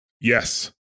Yes